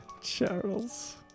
Charles